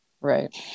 Right